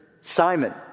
Simon